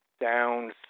down